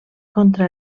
contra